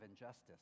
injustice